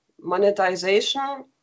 monetization